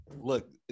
Look